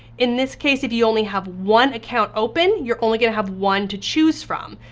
in this case, if you only have one account open, you're only gonna have one to choose from.